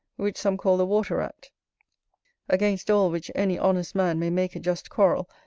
which some call the water-rat against all which any honest man may make a just quarrel,